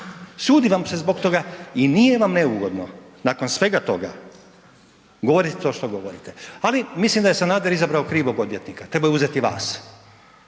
sudi vam se zbog toga i nije vam neugodno nakon svega toga govorit to što govorite, ali mislim da je Sanader izabrao krivog odvjetnika, trebao je uzeti vas